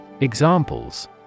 Examples